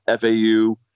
FAU